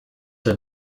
der